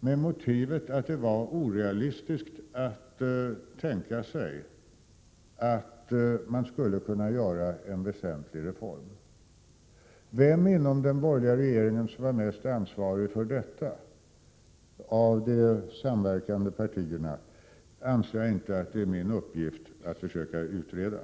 med motivet att det var orealistiskt att tänka sig att man skulle kunna genomföra en väsentlig reform. Vilket av de samverkande partierna inom den borgerliga regeringen var mest ansvarigt för detta anser jag inte vara min uppgift att försöka utreda.